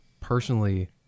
personally